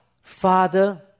father